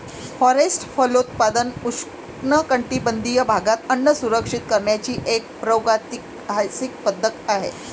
forest फलोत्पादन उष्णकटिबंधीय भागात अन्न सुरक्षित करण्याची एक प्रागैतिहासिक पद्धत आहे